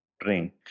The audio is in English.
Drink